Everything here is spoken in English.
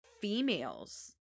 females